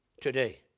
today